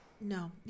no